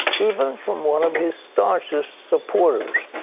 even from one of his staunchest supporters.